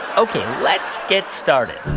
ok, let's get started.